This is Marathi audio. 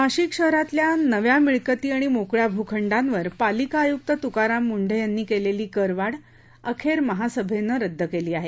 नाशिक शहरातल्या नव्या मिळकती आणि मोकळ्या भूखंडांवर पालिका आयुक्त तुकाराम मुंढे यांनी केलेली करवाढ अखेर महासभेनं रद्द केली आहे